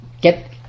get